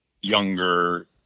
younger